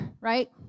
right